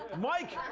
mike,